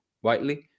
Whiteley